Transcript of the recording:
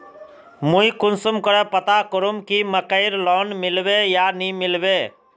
मुई कुंसम करे पता करूम की मकईर लोन मिलबे या नी मिलबे?